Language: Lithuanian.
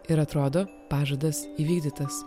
ir atrodo pažadas įvykdytas